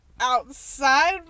outside